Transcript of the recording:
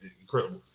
incredible